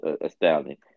astounding